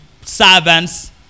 servants